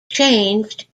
changed